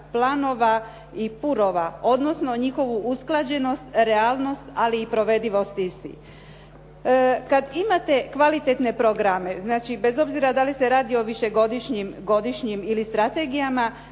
planova i purova, odnosno o njihovu usklađenost, realnost ali i provedivosti istih. Kada imate kvalitetne programe, znači, bez obzira da li se radi o višegodišnjim, godišnjim ili strategijama,